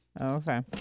Okay